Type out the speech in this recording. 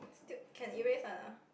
tube can erase or not